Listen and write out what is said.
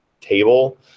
table